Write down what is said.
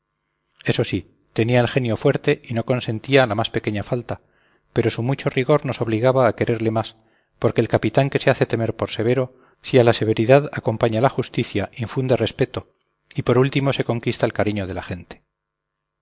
eso sí tenía el genio fuerte y no consentía la más pequeña falta pero su mucho rigor nos obligaba a quererle más porque el capitán que se hace temer por severo si a la severidad acompaña la justicia infunde respeto y por último se conquista el cariño de la gente